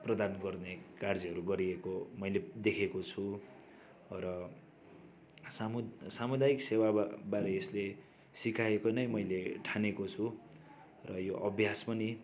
प्रदान गर्ने कार्यहरू गरिएको मैले देखेको छु र सामु सामुदायिक सेवाबारे यसले सिकाएको नै मैले ठानेको छु र यो अभ्यास पनि